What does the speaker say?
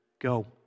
go